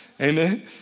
Amen